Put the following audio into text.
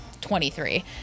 23